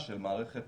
השקף